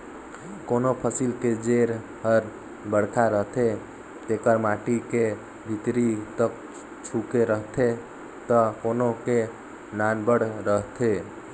कोनों फसिल के जेर हर बड़खा रथे जेकर माटी के भीतरी तक ढूँके रहथे त कोनो के नानबड़ रहथे